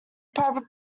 private